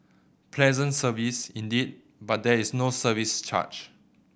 pleasant service indeed but there is no service charge